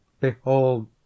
Behold